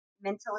mentally